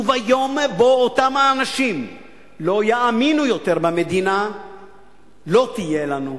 וביום שבו אותם האנשים לא יאמינו יותר במדינה לא תהיה לנו,